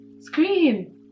scream